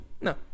No